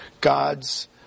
God's